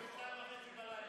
וב-02:30.